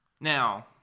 Now